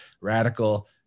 radical